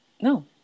no